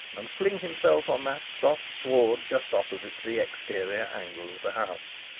and fling himself on that soft award just opposite to the exterior angle of the house.